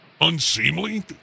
unseemly